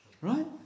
Right